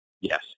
Yes